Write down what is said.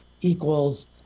equals